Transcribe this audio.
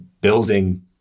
building